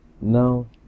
no